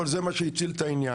אבל זה מה שהציל את העניין.